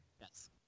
Yes